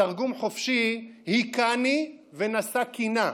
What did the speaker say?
בתרגום חופשי: היכני ונשא קינה,